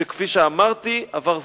שכפי שאמרתי עבר זמנה.